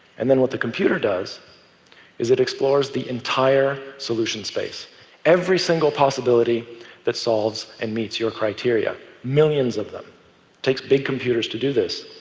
and then what the computer does is it explores the entire solution space every single possibility that solves and meets your criteria millions of them. it takes big computers to do this.